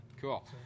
Cool